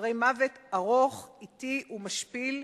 אחרי מוות ארוך, אטי ומשפיל,